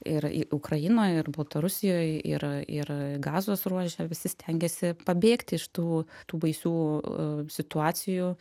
ir į ukrainoj ir baltarusijoj ir ir gazos ruože visi stengiasi pabėgti iš tų baisių situacijų